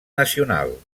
nacional